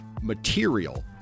material